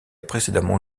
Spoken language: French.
précédemment